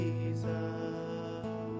Jesus